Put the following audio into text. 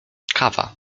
kawa